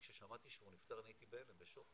כששמעתי שהוא נפטר הייתי בהלם, בשוק.